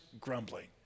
grumbling